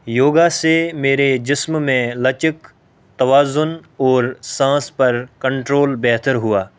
یوگا سے میرے جسم میں لچک توازن اور سانس پر کنٹرول بہتر ہوا